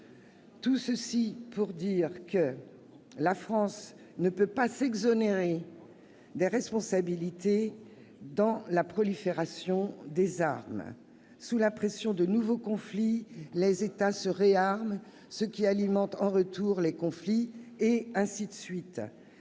emplois en dix ans. La France ne peut pas s'exonérer de ses responsabilités dans la prolifération des armements. Sous la pression de nouveaux conflits, les États se réarment, ce qui alimente en retour les conflits. Ce cercle